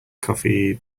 coffee